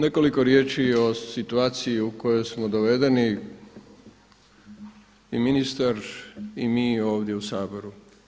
Nekoliko riječi o situaciji u koju smo dovedeni i ministar i mi ovdje u Saboru.